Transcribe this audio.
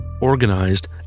organized